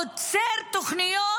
עוצר תוכניות